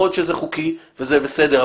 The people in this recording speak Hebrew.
יכול להיות שזה חוקי וזה בסדר,